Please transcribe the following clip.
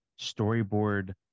storyboard